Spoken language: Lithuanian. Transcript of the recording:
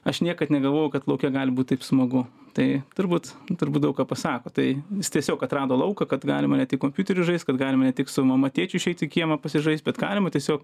aš niekad negalvojau kad lauke gali būt taip smagu tai turbūt turbūt daug ką pasako tai jis tiesiog atrado lauką kad galima ne tik kompiuteriu žaist kad galima tik su mama tėčiu išeit į kiemą pasižaist bet galima tiesiog